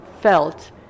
felt